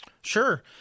Sure